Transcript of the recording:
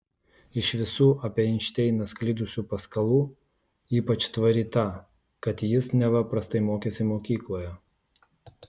iš visų apie einšteiną sklidusių paskalų ypač tvari ta kad jis neva prastai mokėsi mokykloje